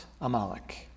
Amalek